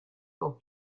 for